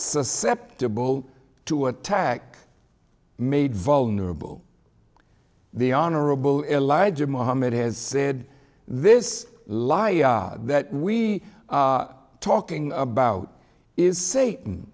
susceptible to attack made vulnerable the honorable elijah muhammad has said this life that we are talking about is sa